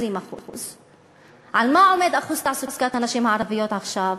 20%. על מה עומד אחוז תעסוקת הנשים הערביות עכשיו?